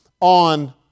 on